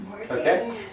okay